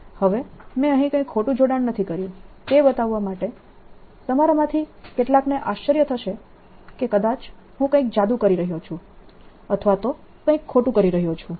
હવે મેં અહીં કઈ ખોટું જોડાણ નથી કર્યું તે બતાવવા માટે તમારામાંથી કેટલાકને આશ્ચર્ય થશે કે કદાચ હું કંઈક જાદુ કરી રહ્યો છું અથવા તો કંઈક ખોટું કરી રહ્યો છું